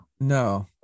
No